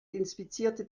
inspizierte